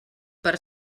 per